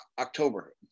october